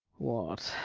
what,